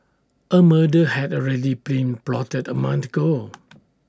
A murder had already been plotted A month ago